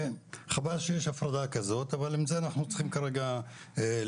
שחבל שיש הפרדה כזאת אבל עם זה אנחנו צריכים כרגע להתמודד,